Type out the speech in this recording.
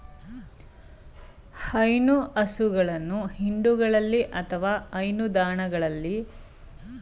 ಹೈನು ಹಸುಗಳನ್ನು ಹಿಂಡುಗಳಲ್ಲಿ ಅಥವಾ ಹೈನುದಾಣಗಳಲ್ಲಿ ಅಥವಾ ವಾಣಿಜ್ಯ ಸಾಕಣೆಕೇಂದ್ರಗಳಲ್ಲಿ ಕಾಣಬೋದು